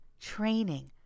training